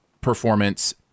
performance